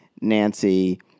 Nancy